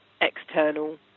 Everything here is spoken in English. external